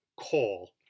call